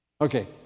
Okay